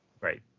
Right